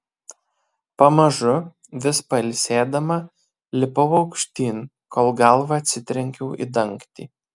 pamažu vis pailsėdama lipau aukštyn kol galva atsitrenkiau į dangtį